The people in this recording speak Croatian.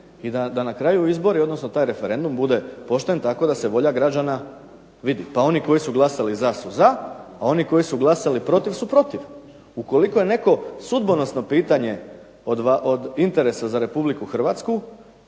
i da na kraju izbori, odnosno taj referendum bude pošten tako da se volja građana vidi. Pa oni koji su glasali za su za, a oni koji su glasali protiv su protiv. Ukoliko je neko sudbonosno pitanje od interesa za RH u